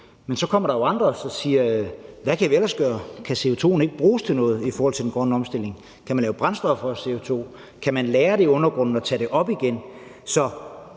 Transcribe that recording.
Men så kommer der jo andre, der spørger: Hvad kan vi ellers gøre; kan CO2'en ikke bruges til noget i forhold til den grønne omstilling? Kan man lave brændstoffer af CO2? Kan man lagre det i undergrunden og tage det op igen?